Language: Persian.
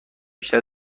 بیشتر